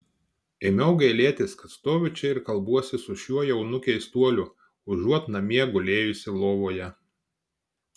ėmiau gailėtis kad stoviu čia ir kalbuosi su šiuo jaunu keistuoliu užuot namie gulėjusi lovoje